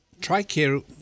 TRICARE